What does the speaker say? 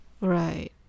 Right